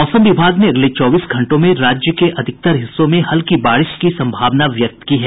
मौसम विभाग ने अगले चौबीस घंटों में राज्य के अधिकांश हिस्सों में हल्की बारिश की सम्भावना व्यक्त की है